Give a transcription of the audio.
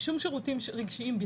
שירותים רגשיים.